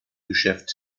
geschäft